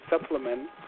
supplement